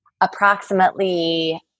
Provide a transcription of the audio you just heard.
approximately